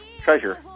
treasure